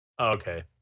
okay